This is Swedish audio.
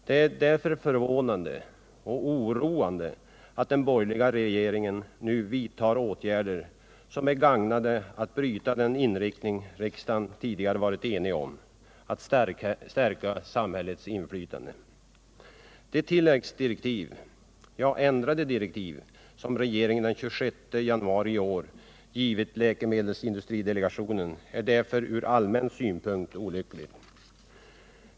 Det är därför förvånande och oroande att den borgerliga regeringen nu föreslår åtgärder som är ägnade att bryta den inriktning riksdagen tidigare varit enig om, nämligen att stärka samhällets inflytande i detta sammanhang. De tilläggsdirektiv eller — rättare sagt — ändrade direktiv som regeringen den 26 januari i år givit läkemedelsindustridelegationen är därför från allmän synpunkt olyckliga.